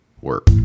work